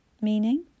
Meaning